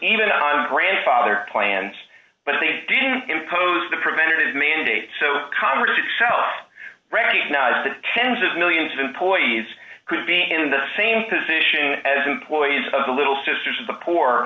on grandfathered plans but they didn't impose the preventative mandate so congress itself recognized that tens of millions of employees could be in the same position as employees of the little sisters of the poor